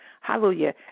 hallelujah